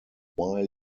while